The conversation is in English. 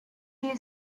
you